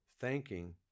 thanking